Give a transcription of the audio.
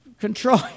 Control